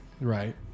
Right